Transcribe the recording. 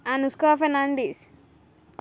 Anushka Fernandes